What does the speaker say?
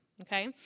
okay